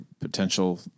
potential